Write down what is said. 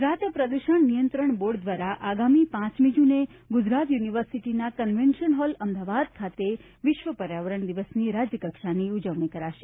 ગુજરાત પ્રદૂષણ નિયંત્રણ બોર્ડ દ્વારા આગામી પાંચમી જૂને ગુજરાત યુનિવર્સિટીના કન્વેન્શન હોલ અમદાવાદ ખાતે વિશ્વ પર્યાવરણ દિવસની રાજ્યકક્ષાની ઉજવણી કરાશે